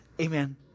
Amen